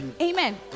Amen